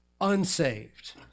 unsaved